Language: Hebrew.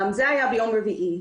זה היה ביום רביעי.